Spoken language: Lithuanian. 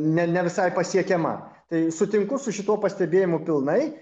ne ne visai pasiekiama tai sutinku su šituo pastebėjimu pilnai